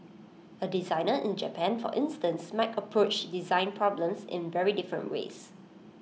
A designer in Japan for instance might approach design problems in very different ways